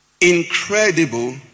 incredible